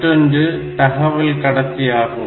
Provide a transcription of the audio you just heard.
மற்றொன்று தகவல் கடத்தி ஆகும்